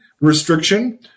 restriction